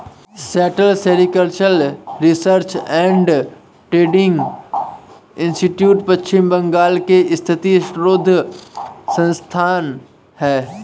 central sericultural research and training institute Paschim Bangal में स्थित शोध संस्थान है